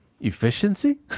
Efficiency